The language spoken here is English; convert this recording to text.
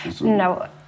No